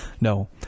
No